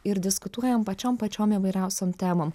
ir diskutuojam pačiom pačiom įvairiausiom temom